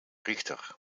richter